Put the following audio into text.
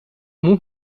moet